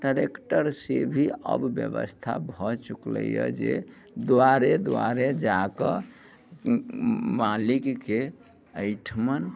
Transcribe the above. tractor से भी अब व्यवस्था भऽ चुकलैया जे दुआरे दुआरे जाकऽ मालिकके एहिठुमन